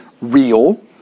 real